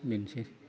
बेनोसै